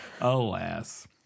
Alas